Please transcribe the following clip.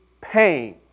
pain